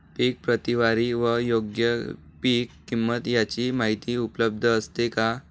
पीक प्रतवारी व योग्य पीक किंमत यांची माहिती उपलब्ध असते का?